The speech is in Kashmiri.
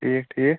ٹھیٖک ٹھیٖک